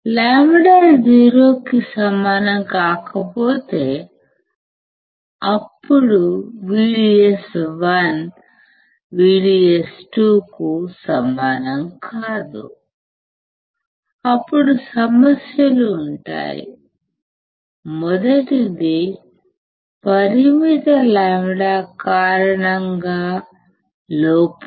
λ 0 కి సమానం కాకపోతే అప్పుడు VDS1 VDS2కు సమానం కాదు అప్పుడు సమస్యలు ఉంటాయి మొదటిది పరిమిత λ కారణంగా లోపం